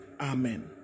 Amen